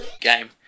game